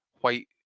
White